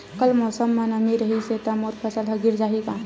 कल मौसम म नमी रहिस हे त मोर फसल ह गिर जाही का?